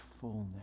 fullness